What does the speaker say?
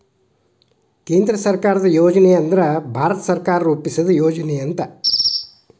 ಕೇಂದ್ರ ಸರ್ಕಾರದ್ ಯೋಜನೆ ಅಂದ್ರ ಭಾರತ ಸರ್ಕಾರ ರೂಪಿಸಿದ್ ಯೋಜನೆ ಅಂತ